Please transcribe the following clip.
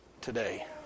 today